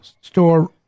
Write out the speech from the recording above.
store